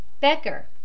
Becker